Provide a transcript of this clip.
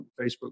Facebook